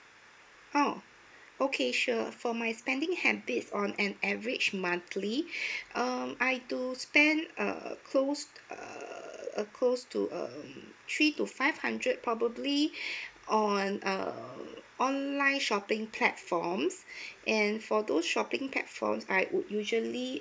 oh okay sure uh for my spending habits on an average monthly um I do spend err close uh close to err three to five hundred probably on err online shopping platforms and for those shopping platforms I would usually